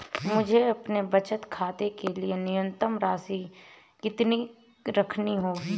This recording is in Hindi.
मुझे अपने बचत खाते के लिए न्यूनतम शेष राशि कितनी रखनी होगी?